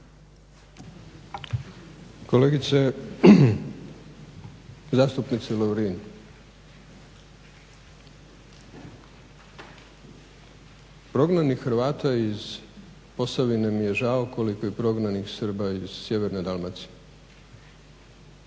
Kolegice zastupnice Lovrin, prognanih Hrvata iz Posavine mi je žao koliko i prognanih Srba iz Sjeverne Dalmacije,